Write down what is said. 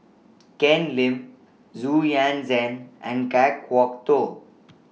Ken Lim Xu Yuan Zhen and Kan Kwok Toh